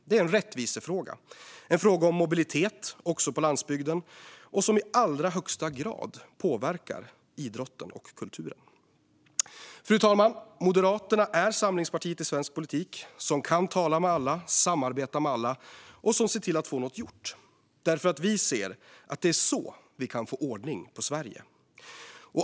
Det är en rättvisefråga - en fråga om mobilitet också på landsbygden som i allra högsta grad påverkar även kulturen och idrotten. Fru talman! Moderaterna är samlingspartiet i svensk politik som kan tala med alla och samarbeta med alla och som ser till att få något gjort, för vi ser att det är så vi kan få ordning på Sverige.